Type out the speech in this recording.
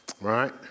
Right